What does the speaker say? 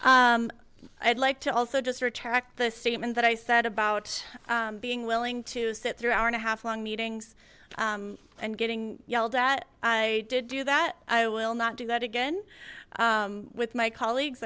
i'd like to also just retract the statement that i said about being willing to sit through hour and a half long meetings and getting yelled at i did do that i will not do that again with my colleagues